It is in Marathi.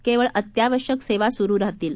केवळ अत्यावश्यक सेवा सुरू राहतील